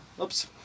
Oops